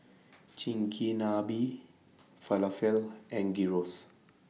Chigenabe Falafel and Gyros